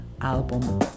Album